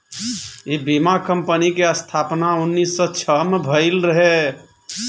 इ बीमा कंपनी के स्थापना उन्नीस सौ छह में भईल रहे